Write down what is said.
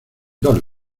dos